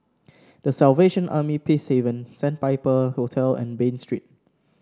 The Salvation Army Peacehaven Sandpiper Hotel and Bain Street